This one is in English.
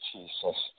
Jesus